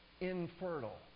Infertile